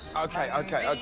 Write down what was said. okay, okay,